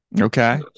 okay